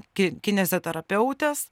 ki kineziterapeutės